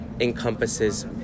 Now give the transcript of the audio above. encompasses